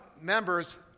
members